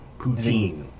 Poutine